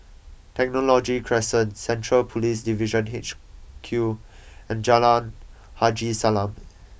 Technology Crescent Central Police Division H Q and Jalan Haji Salam